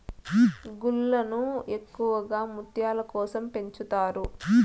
గుల్లలను ఎక్కువగా ముత్యాల కోసం పెంచుతారు